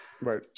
Right